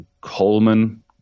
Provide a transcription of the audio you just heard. Coleman